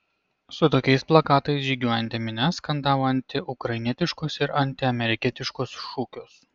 su tokiais plakatais žygiuojanti minia skandavo antiukrainietiškus ir antiamerikietiškus šūkius